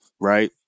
right